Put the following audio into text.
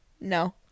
No